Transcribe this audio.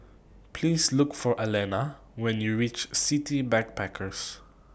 Please Look For Allena when YOU REACH City Backpackers